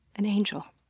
an angel,